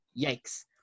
Yikes